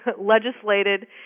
legislated